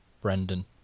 Brendan